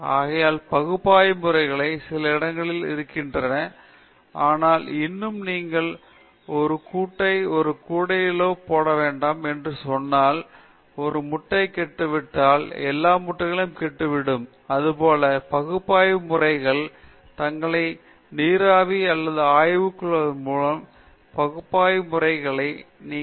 ஆகையால் பகுப்பாய்வு முறைகள் சில இடங்களில் இருக்கின்றன ஆனால் இன்னும் நீங்கள் உங்கள் கூட்டை ஒரு கூடையிலே போட வேண்டாம் என்று சொன்னால் ஒரு முட்டை கெட்டுவிட்டால் எல்லா முட்டைகளும் கெட்டுவிடும் இதேபோல் பகுப்பாய்வு முறைகள் தங்களை நீராவி அல்லது ஆவியாக்குவதன் மூலம் பகுப்பாய்வு முறைகளில் உங்கள் முழு வாழ்க்கையையும் முதலீடு செய்ய முடியாது